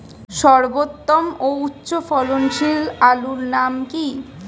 সর্বোত্তম ও উচ্চ ফলনশীল আলুর নাম কি?